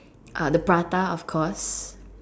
uh the prata of course